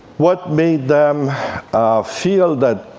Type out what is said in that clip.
what made them feel that